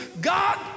God